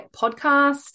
podcast